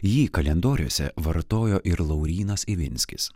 jį kalendoriuose vartojo ir laurynas ivinskis